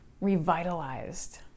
revitalized